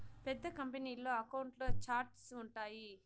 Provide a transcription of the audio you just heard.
పెద్ద కంపెనీల్లో అకౌంట్ల ఛార్ట్స్ ఉంటాయి